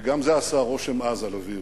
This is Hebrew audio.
וגם זה עשה רושם עז על אבי.